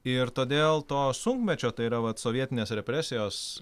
ir todėl to sunkmečio tai yra vat sovietinės represijos